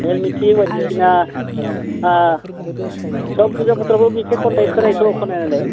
मेल मिथिं बायदिसिना सब फुजा बोथोरावबो मेथाइ खन्नाय खोनायोथ' खोनानायालाय